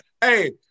Hey